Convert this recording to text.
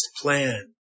plan